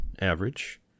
average